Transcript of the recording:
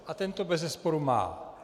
A ten to bezesporu má.